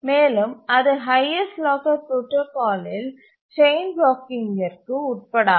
மேலும் அது highest locker புரோடாகாலில் செயின் பிளாக்கிங்கிற்கு உட்படாது